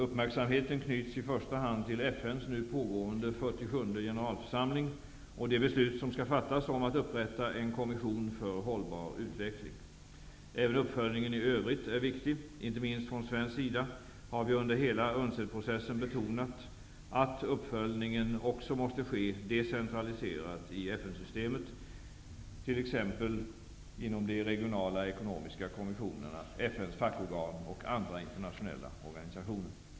Uppmärksamheten knyts i första hand till FN:s nu pågående 47:e generalförsamling och det beslut som skall fattas om att upprätta en kommission för hållbar utveckling. Även uppföljningen i övrigt är viktig. Inte minst från svensk sida har vi under hela UNCED-processen betonat att uppföljningen också måste ske decentraliserat i FN-systemet, t.ex. inom de regionala ekonomiska kommissionerna, FN:s fackorgan och andra internationella organisationer.